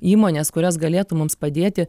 įmonės kurios galėtų mums padėti